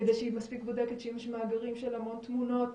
כדי שאם יש מאגרים של המון תמונות,